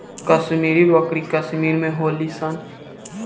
कश्मीरी बकरी कश्मीर में होली सन